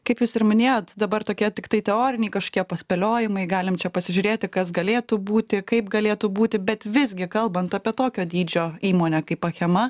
kaip jūs ir minėjot dabar tokie tiktai teoriniai kažkokie paspėliojimai galim čia pasižiūrėti kas galėtų būti kaip galėtų būti bet visgi kalbant apie tokio dydžio įmonę kaip achema